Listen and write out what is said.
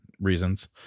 reasons